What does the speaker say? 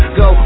go